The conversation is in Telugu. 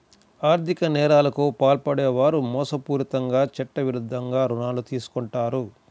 ఆర్ధిక నేరాలకు పాల్పడే వారు మోసపూరితంగా చట్టవిరుద్ధంగా రుణాలు తీసుకుంటారు